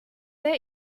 der